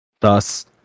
thus